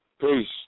Peace